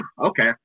okay